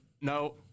no